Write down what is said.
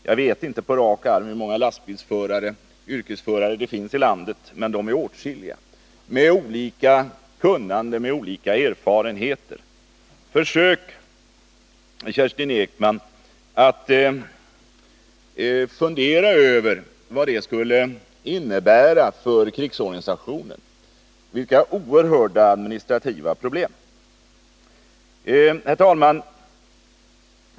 Jag kan inte säga på rak arm hur många lastbilsförare — yrkesförare — det finns i landet, men det är åtskilliga, med olika kunnande, olika erfarenheter. Försök, Kerstin Ekman, fundera över vad det skulle innebära för organiserandet av värnpliktsutbildningen, vilka oerhörda administrativa problem! Herr talman!